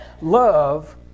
Love